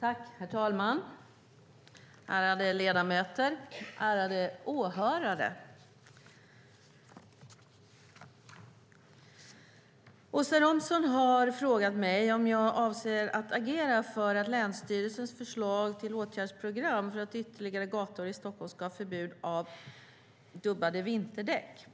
Herr talman, ärade ledamöter och åhörare! Åsa Romson har frågat mig om jag avser att agera för länsstyrelsens förslag till åtgärdsprogram för att ytterligare gator i Stockholm ska ha förbud för dubbade vinterdäck.